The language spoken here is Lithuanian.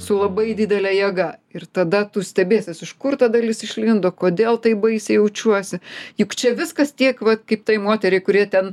su labai didele jėga ir tada tu stebėsies iš kur ta dalis išlindo kodėl taip baisiai jaučiuosi juk čia viskas tiek vat kaip tai moteriai kuri ten